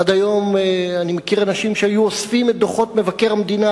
עד היום אני מכיר אנשים שהיו אוספים את דוחות מבקר המדינה,